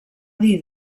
dir